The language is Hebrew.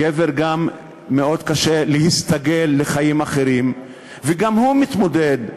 גם לגבר מאוד קשה להסתגל לחיים אחרים וגם הוא מתמודד,